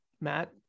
Matt